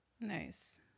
Nice